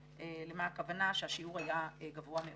למה הכוונה כאשר השיעור היה גבוה מאוד.